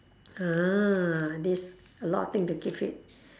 !huh! this a lot of things to keep fit